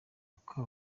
uko